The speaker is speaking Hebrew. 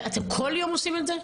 אתם כל יום עושים את זה?